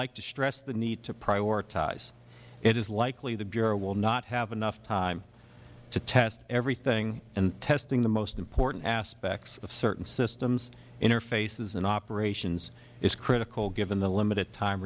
like to stress the need to prioritize it is likely the bureau will not have enough time to test everything and testing the most important aspects of certain systems interfaces and operations is critical given the limited time